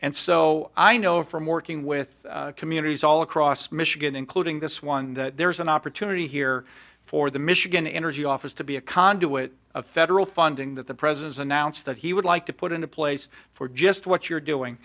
and so i know from working with communities all across michigan including this one that there's an opportunity here for the michigan energy office to be a conduit of federal funding that the president announced that he would like to put into place for just what you're doing